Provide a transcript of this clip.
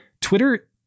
Twitter